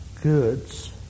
goods